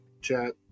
chat